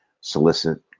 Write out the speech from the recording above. solicit